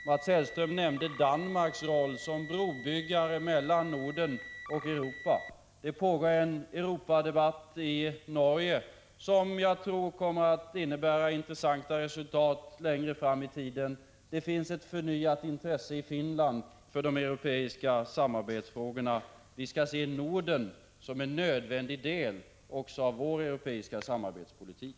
Mats Hellström nämnde Danmarks roll som brobyggare mellan Norden och Europa. Det pågår en Europadebatt i Norge som jag tror kommer att innebära intressanta resultat längre fram i tiden. Det finns ett förnyat intresse i Finland för de europeiska samarbetsfrågorna. Vi skall se Norden som en nödvändig del också av vår europeiska samarbetspolitik.